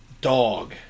dog